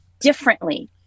differently